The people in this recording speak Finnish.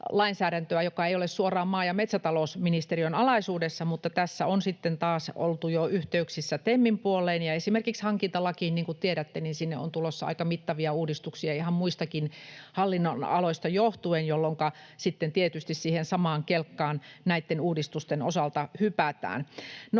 joka ei ole suoraan maa- ja metsätalousministeriön alaisuudessa, mutta tässä on sitten taas oltu jo yhteyksissä TEMin puoleen, ja esimerkiksi hankintalakiin, niin kuin tiedätte, on tulossa aika mittavia uudistuksia ihan muistakin hallinnonaloista johtuen, jolloinka sitten tietysti siihen samaan kelkkaan näitten uudistusten osalta hypätään.